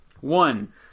One